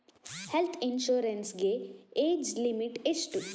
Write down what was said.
Health insurance ಗೆ age limit ಎಷ್ಟು?